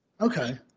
Okay